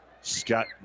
Scott